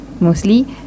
mostly